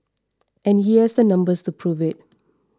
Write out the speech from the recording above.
and he has the numbers to prove it